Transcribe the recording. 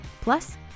Plus